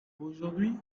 aujourd’hui